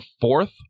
fourth